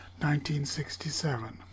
1967